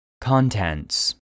Contents